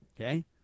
Okay